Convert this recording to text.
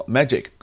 Magic